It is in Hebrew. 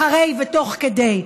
אחרי ותוך כדי.